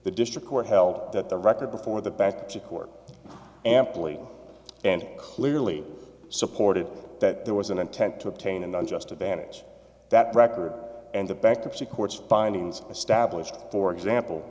the district court held that the record before the back to court amply and clearly supported that there was an intent to obtain an unjust advantage that record and the bankruptcy courts findings established for example